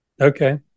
Okay